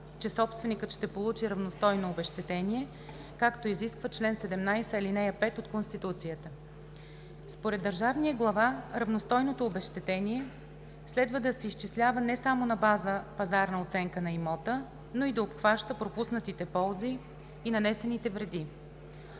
че собственикът ще получи равностойно обезщетение, както изисква чл. 17, ал. 5 от Конституцията. Според държавния глава равностойното обезщетение следва да се изчислява не само на база пазарна оценка на имота, но и да обхваща пропуснатите ползи и нанесените вреди.